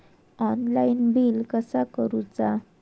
Online bill कसा करुचा?